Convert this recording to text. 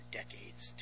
decades